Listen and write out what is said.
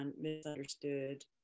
misunderstood